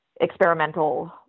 experimental